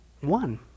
One